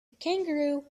kangaroo